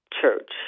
church